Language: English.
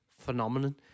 phenomenon